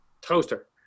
toaster